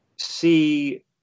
see